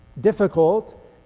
difficult